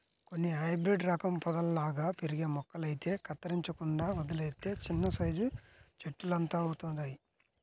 కొన్ని హైబ్రేడు రకం పొదల్లాగా పెరిగే మొక్కలైతే కత్తిరించకుండా వదిలేత్తే చిన్నసైజు చెట్టులంతవుతయ్